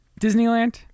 disneyland